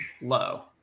low